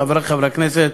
חברי חברי הכנסת,